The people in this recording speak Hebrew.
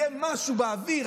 יהיה משהו באוויר,